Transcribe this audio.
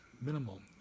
minimal